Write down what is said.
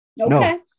Okay